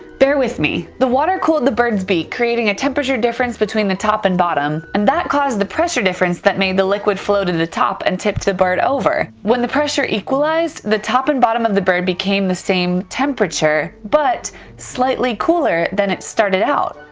bear with me. the water cooled the bird's beak, creating a temperature difference between the top and bottom, and that caused the pressure difference that made the liquid flow to the top and tipped the bird over. when the pressure equalized, the top and bottom of the bird became the same temperature, but slightly cooler than it started out.